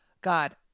God